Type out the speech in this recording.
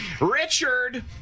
Richard